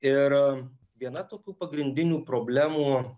ir viena tokių pagrindinių problemų